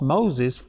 Moses